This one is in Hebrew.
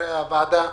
חברי הוועדה.